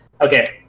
okay